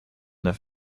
their